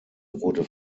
wurde